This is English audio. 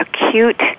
acute